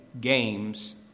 games